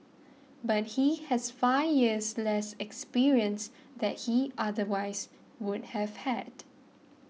but he has five years less experience that he otherwise would have had